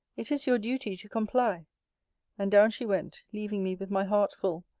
it is your duty to comply and down she went, leaving me with my heart full,